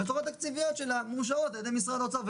ותקנות התקציב מאושרות על ידי משרד האוצר,